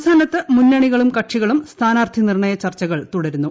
സംസ്ഥാനത്ത് മുന്നണികളും കക്ഷികളും സ്ഥാനാർത്ഥി നിർണ്ണയ ചർച്ചകൾ തുടരുന്നു